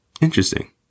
Interesting